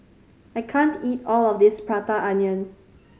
I can't eat all of this Prata Onion